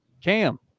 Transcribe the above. Cam